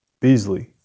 Beasley